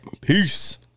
peace